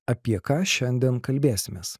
apie ką šiandien kalbėsimės